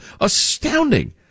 Astounding